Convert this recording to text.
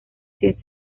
sin